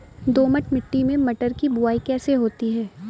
दोमट मिट्टी में मटर की बुवाई कैसे होती है?